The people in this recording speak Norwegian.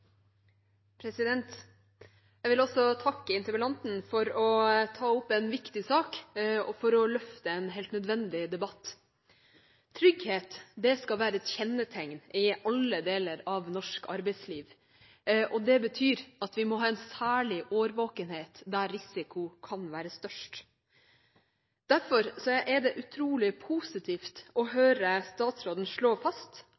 Jeg vil også takke interpellanten for å ta opp en viktig sak og for å løfte en helt nødvendig debatt. Trygghet skal være et kjennetegn i alle deler av norsk arbeidsliv. Det betyr at vi må ha en særlig årvåkenhet der risikoen kan være størst. Derfor er det utrolig positivt å høre statsråden slå fast